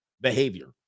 behavior